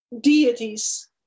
deities